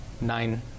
Nine